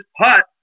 putt